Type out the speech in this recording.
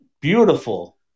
beautiful